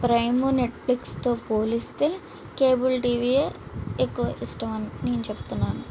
prime నెట్ఫ్లిక్స్తో పోలిస్తే cable టీవీయే ఎక్కువ ఇష్టమని నేను చెప్తున్నాను